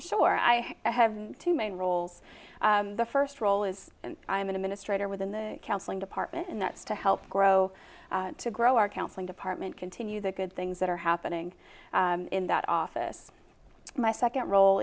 sure i have two main roles the first role is and i'm an administrator within the counseling department and that's to help grow to grow our counseling department continue the good things that are happening in that office my second role